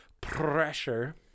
pressure